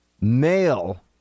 male